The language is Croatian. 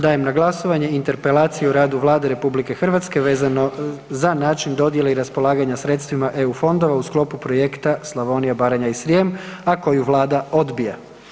Dajem na glasovanje Interpelaciju o radu Vlade RH vezano za način dodjele i raspolaganja sredstvima EU fondovima u sklopu „Projekta Slavonija, Baranja i Srijem“, a koju Vlada odbija.